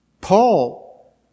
Paul